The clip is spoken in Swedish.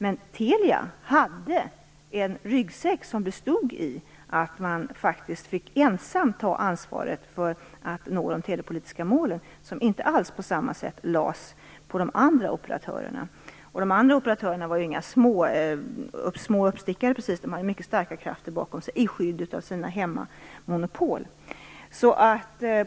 Men Telia hade en ryggsäck som bestod i att man faktiskt ensam fick ta ansvar för att nå de telepolitiska målen. De var något som inte alls på samma sätt lades på de andra operatörerna. De andra operatörerna var ju inga små uppstickare precis. De hade mycket starka krafter bakom sig, och de hade skydd av sina hemmamonopol.